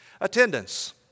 Attendance